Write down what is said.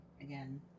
again